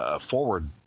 forward